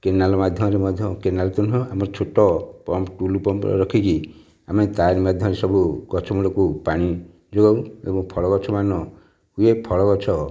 canal ମାଧ୍ୟମରେ ମଧ୍ୟ canal ତ ନୁହେଁ ଆମ ଛୋଟ ପମ୍ପ ଟୁଲ୍ ପମ୍ପ ରଖିକି ଆମେ ତାରି ମାଧ୍ୟମରେ ସବୁ ଗଛ ମୂଳକୁ ପାଣି ଯୋଗାଉ ଏବଂ ଫଳ ଗଛ ମାନ ହୁଏ ଫଳ ଗଛ